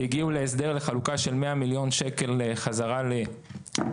שהגיעו להסדר לחלוקה של 100 מיליון שקל חזרה לאנשים.